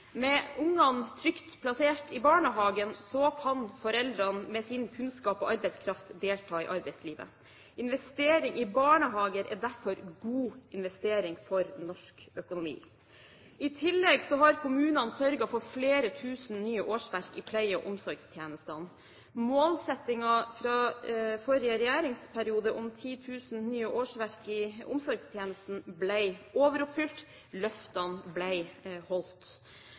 Med barna trygt plassert i barnehagen kan foreldrene med sin kunnskap og arbeidskraft delta i arbeidslivet. Investering i barnehager er derfor en god investering for norsk økonomi. I tillegg har kommunene sørget for flere tusen nye årsverk i pleie- og omsorgstjenestene. Målsettingen fra forrige regjeringsperiode, 10 000 nye årsverk i omsorgstjenesten, ble overoppfylt. Løftene ble holdt.